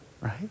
right